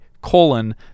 colon